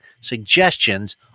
suggestions